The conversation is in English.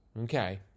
Okay